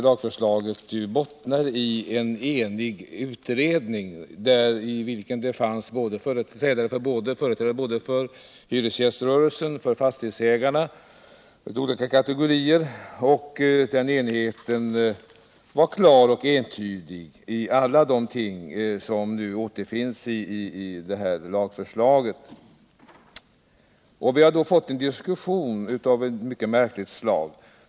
Lagförslaget bottnar ien enig utredning med företrädare både för hyresgäströrelsen och för fastighetsägare av olika kategorier. Den ton 30 cnigheten var klar och entydig i alla de avseenden som nu återfinns i lagförslaget. Vi har dock fatt en diskussion av mycket märkligt slag.